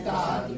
God